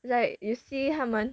like you see 他们